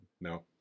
No